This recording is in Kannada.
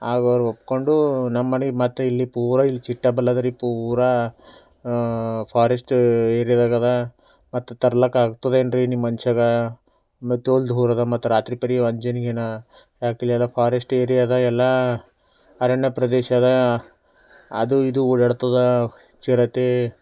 ಆಗ ಅವರು ಒಪ್ಕೊಂಡು ನಮ್ಮನೆ ಮತ್ತೆ ಇಲ್ಲಿ ಪೂರ ಇಲ್ಲಿ ಇದೆರಿ ಪೂರ ಫಾರೆಸ್ಟ್ ಏರ್ಯದಾಗ ಇದೆ ಮತ್ತೆ ತರ್ಲಿಕ್ಕೆ ಆಗ್ತದೇನ್ರಿ ನಿಮ್ಮ ಮನುಷ್ಯಗ ಮತ್ತೆ ತೋಲ್ ದೂರ ಅದ ಮತ್ತೆ ರಾತ್ರಿ ಪರಿ ಫಾರೆಸ್ಟ್ ಏರ್ಯಾದ ಎಲ್ಲ ಅರಣ್ಯ ಪ್ರದೇಶ ಇದೆ ಅದು ಇದು ಓಡಾಡ್ತದೆ ಚಿರತೆ